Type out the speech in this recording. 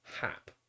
Hap